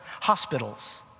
hospitals